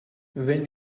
when